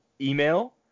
email